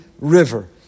river